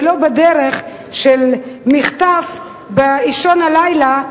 ולא בדרך של מחטף באישון הלילה,